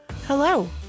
Hello